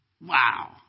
wow